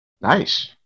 Nice